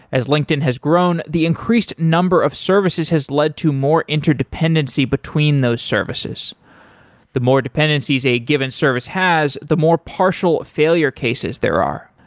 as linkedin has grown, the increased number of services has led to more interdependency between those services the more dependencies a given service has, the more partial failure cases there are.